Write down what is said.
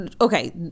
okay